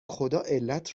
خداعلت